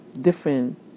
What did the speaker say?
different